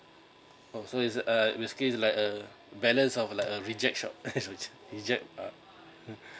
so is a is basically like a balance of like a reject shop eh sorry sorry reject uh